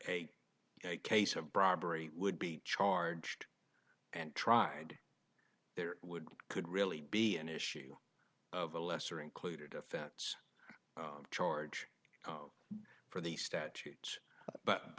a case of bribery would be charged and tried there would could really be an issue of a lesser included offense charge for the statute but but